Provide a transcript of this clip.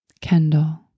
Kendall